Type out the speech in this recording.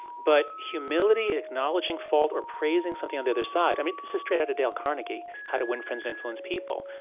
but humility, acknowledging fault or praising something on the other side i mean this is straight out of dale carnegie, how to win friends and influence people.